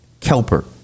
kelper